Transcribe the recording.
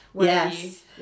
yes